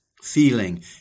feeling